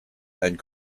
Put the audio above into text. and